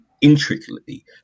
intricately